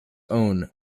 own